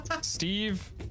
Steve